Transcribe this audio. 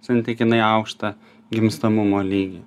santykinai aukštą gimstamumo lygį